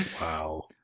wow